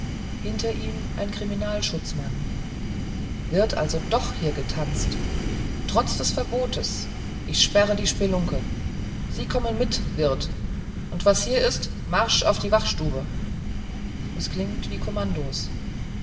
hinter ihm ein kriminalschutzmann wird also doch hier getanzt trotz verbotes ich sperre die spelunke sie kommen mit wirt und was hier ist marsch auf die wachstube es klingt wie kommandos